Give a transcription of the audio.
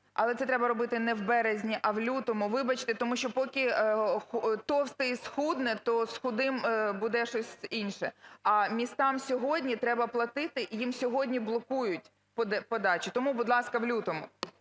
Але це треба робити не в березні, а в лютому. Вибачте, тому що поки товстий схудне, то з худим буде щось інше. А містам сьогодні треба платити, їм сьогодні блокують подачу. Тому, будь ласка, в лютому.